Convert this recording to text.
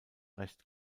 recht